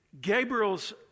Gabriel's